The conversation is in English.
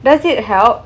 does it help